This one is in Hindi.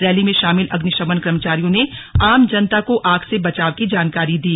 रैली में शामिल अग्नि शमन कर्मचारियों ने आम जनता को आग से बचाव की जानकारी दी